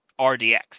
RDX